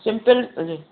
simple हुजे